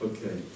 Okay